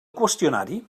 qüestionari